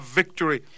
victory